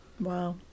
wow